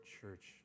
church